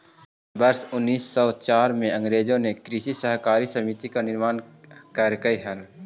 वर्ष उनीस सौ चार में अंग्रेजों ने कृषि सहकारी समिति का निर्माण करकई हल